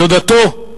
דודתו,